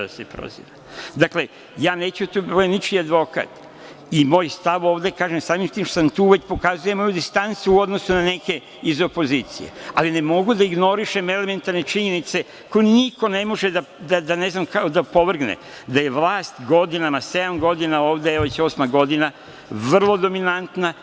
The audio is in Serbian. Dakle, ja neću da budem ničiji advokat i moj stav ovde, kažem, samim tim što sam tu, već pokazuje jednu distancu u odnosu na neke iz opozicije, ali ne mogu da ignorišem elementarne činjenice, koje niko ne može da opovrgne, da je vlast godinama, sedam godina ovde, evo, već osma godina, vrlo dominantna.